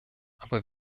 aber